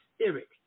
spirit